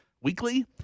weekly